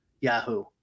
Yahoo